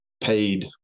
paid